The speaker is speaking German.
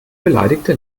beleidigte